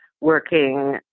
working